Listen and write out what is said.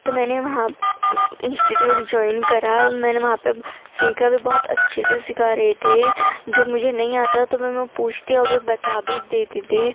تو میں نے وہاں انسٹیٹیوٹ جوائن کرا میں نے وہاں پہ سیکھا بھی بہت اچّّھے سے سکھا رہے تھے جو مجھے نہیں آتا ہے تو میں میں پوچھتی اور وہ بتا بھی دیتے تھے